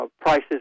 prices